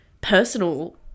personal